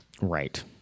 Right